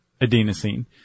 adenosine